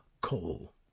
coal